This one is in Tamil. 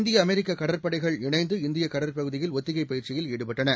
இந்திய அமெரிக்க கடற்படைகள் இணைந்து இந்தியக் கடற்பகுதியில் ஒத்திகை பயிற்சியில் ஈடுபட்டன